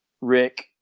Rick